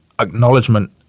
acknowledgement